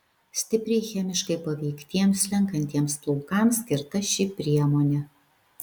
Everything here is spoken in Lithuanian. stipriai chemiškai paveiktiems slenkantiems plaukams skirta ši priemonė